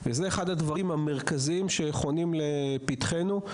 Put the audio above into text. וזה אחד הדברים המרכזיים שחונים לפתחנו,